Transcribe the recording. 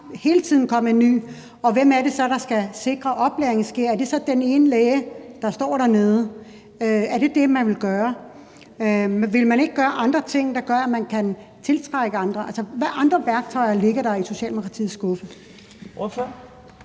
hele tiden komme en ny, og hvem er det så, der skal sikre, at oplæringen sker? Er det så den ene læge, der står dernede? Er det det, man vil gøre? Vil man ikke gøre andre ting, så man kan tiltrække andre? Altså, hvad andre værktøjer ligger der i Socialdemokratiets skuffe?